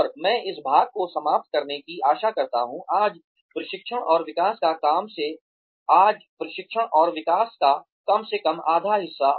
और मैं इस भाग को समाप्त करने की आशा करता हूँ आज प्रशिक्षण और विकास का कम से कम आधा हिस्सा